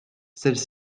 celles